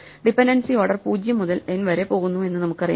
dependency order 0 മുതൽ n വരെ പോകുന്നു എന്ന് നമുക്കറിയാം